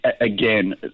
again